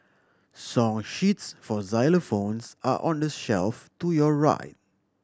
song sheets for xylophones are on the shelf to your right